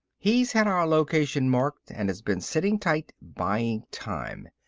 he's had our location marked and has been sitting tight, buying time.